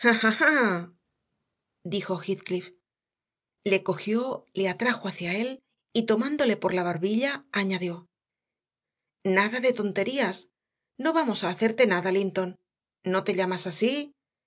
heathcliff le cogió le atrajo hacia él y tomándole por la barbilla añadió nada de tonterías no vamos a hacerte nada linton no te llamas así